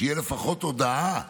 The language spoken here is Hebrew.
שתהיה לפחות הודעה מוקדמת,